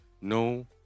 no